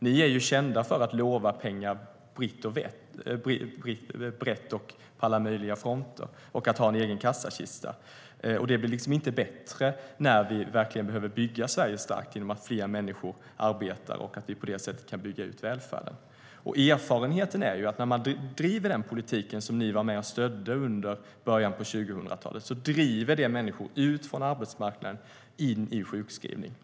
Ni är kända för att lova pengar vitt och brett och på alla möjliga fronter och för att ha en egen kassakista. Det blir liksom inte bättre när vi verkligen behöver bygga Sverige starkt genom att fler människor arbetar och att vi på det sättet kan bygga ut välfärden. Erfarenheten visar att när man driver den politik som ni var med och stödde under början av 2000-talet drivs människor ut från arbetsmarknaden och in i sjukskrivning.